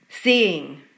Seeing